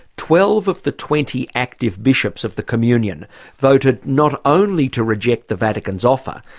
twelve of the twenty active bishops of the communion voted not only to reject the vatican's offer,